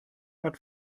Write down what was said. hat